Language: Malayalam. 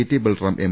T Balram M